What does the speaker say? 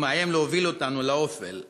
הוא מאיים להוביל אותנו לאופל,